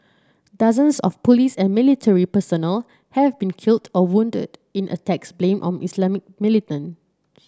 dozens of police and military personnel have been killed or wounded in attacks blamed on Islamist militant